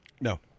No